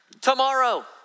tomorrow